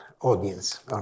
audience